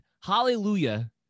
hallelujah